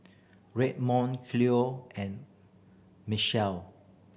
Redmond Cleo and Machelle